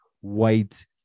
white